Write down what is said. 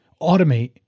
automate